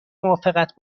موافقت